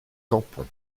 tampon